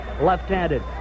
left-handed